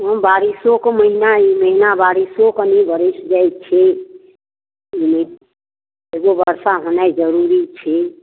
ओ बारिशोके महीना ई महीना बारिशो कनि बरसि जाइ छै ने एगो बरसा होनाइ जरूरी छै